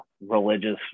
religious